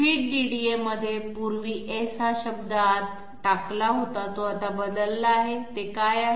feed DDA मध्ये पूर्वी S हा शब्द आत टाकला होता तो आता बदलला आहे ते काय आहे